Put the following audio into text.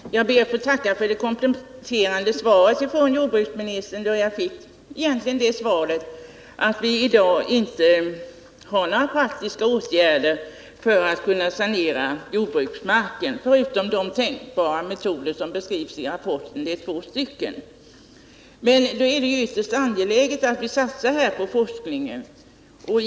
Herr talman! Jag ber att få tacka för det kompletterande svaret från jordbruksministern. Jag fick egentligen svaret att vi i dag inte kan vidta några praktiska åtgärder för att sanera jordbruksmarken, förutom de två tänkbara metoder som beskrivs i rapporten. Men då är det ytterst angeläget att vi satsar på forskningen.